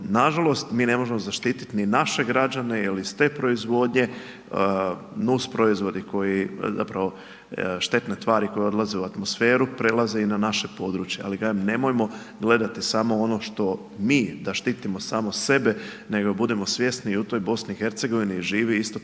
nažalost mi ne možemo zaštitit ni naše građane jel iz te proizvodnje, nus proizvodi koji, zapravo štetne tvari koje odlaze u atmosferu prelaze i na naše područje, ali kažem, nemojmo gledati samo ono što mi, da štitimo samo sebe, nego budimo svjesni i u toj BiH živi isto tako